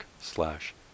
slash